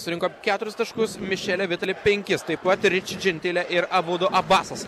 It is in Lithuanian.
surinko keturis taškus mišeli vitali penkis taip pat ir riči džentile ir abudu abasas